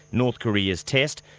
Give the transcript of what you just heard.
north korea's test,